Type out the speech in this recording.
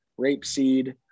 rapeseed